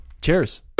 Cheers